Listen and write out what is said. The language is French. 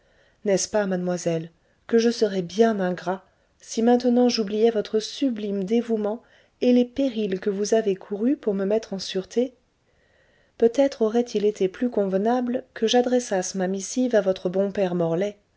n'est-ce pas mademoiselle que je serais bien ingrat si maintenant j'oubliais votre sublime dévouement et les périls que vous avez courus pour me mettre en sûreté peut-être aurait-il été plus convenable que j'adressasse ma missive à votre bon père morlaix